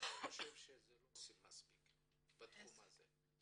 חושב שלא עושים מספיק בתחום הזה.